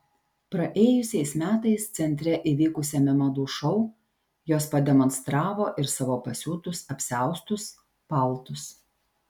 praėjusiais metais centre įvykusiame madų šou jos pademonstravo ir savo pasiūtus apsiaustus paltus